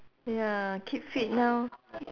ya keep fit now